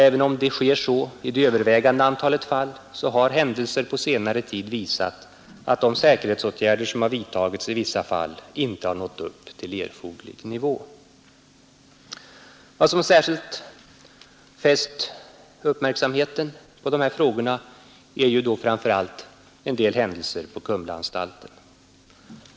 Även om så sker i det övervägande antalet fall har händelser på senare tid visat att de säkerhetsåtgärder som vidtagits i vissa fall inte nått upp till erforderlig nivå. Vad som särskilt fäst uppmärksamheten på de här frågorna är framför allt en del händelser på Kumlaanstalten.